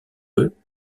eux